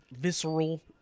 visceral